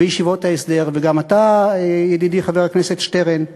בישיבות ההסדר, וגם אתה, ידידי חבר הכנסת שטרן,